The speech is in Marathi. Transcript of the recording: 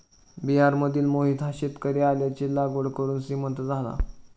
बिहारमधील मोहित हा शेतकरी आल्याची लागवड करून श्रीमंत झाला